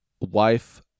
wife